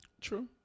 True